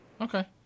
Okay